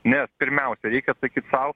nes pirmiausia reikia atsakyt sau